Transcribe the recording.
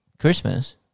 Christmas